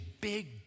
big